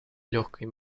легкой